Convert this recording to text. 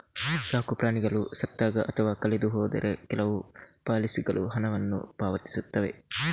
ಸಾಕು ಪ್ರಾಣಿಗಳು ಸತ್ತಾಗ ಅಥವಾ ಕಳೆದು ಹೋದರೆ ಕೆಲವು ಪಾಲಿಸಿಗಳು ಹಣವನ್ನು ಪಾವತಿಸುತ್ತವೆ